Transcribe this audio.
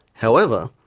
however,